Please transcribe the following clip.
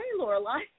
Lorelai